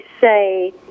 say